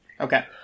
Okay